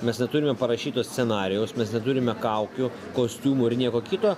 mes neturime parašyto scenarijaus mes neturime kaukių kostiumų ir nieko kito